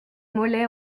mollets